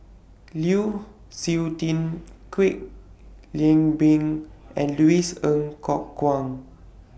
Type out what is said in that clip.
Lu Suitin Kwek Leng Beng and Louis Ng Kok Kwang